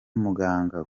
muganga